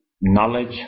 knowledge